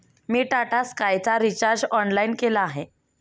मी टाटा स्कायचा recharge online केला आहे